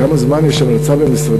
כמה זמן יש המלצה במשרדי לשנות את התקנות?